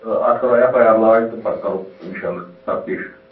تہٕ اَتھ کَرو اٮ۪ف آی آر لانچ تہٕ پَتہٕ کَرو اِنشاء اللہ تَپتیٖش